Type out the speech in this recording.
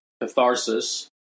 catharsis